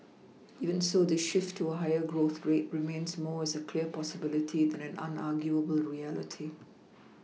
even so this shift to a higher growth rate remains more as a clear possibility than an unarguable reality